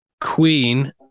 Queen